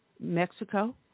Mexico